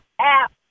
app